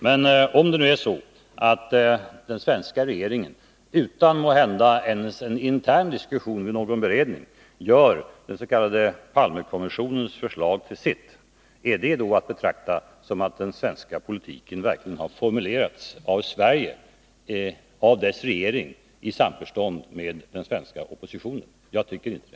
Men om det nu är så att den svenska regeringen — måhända utan ens en intern diskussion vid någon beredning — gör den s.k. Palmekommissionens förslag till sitt, kan man då säga att politiken har formulerats av Sverige, av dess regering i samförstånd med den svenska oppositionen? Jag tycker inte det.